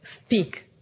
speak